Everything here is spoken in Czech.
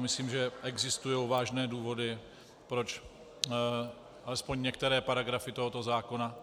Myslím, že existují vážné důvody, proč alespoň s některými paragrafy tohoto zákona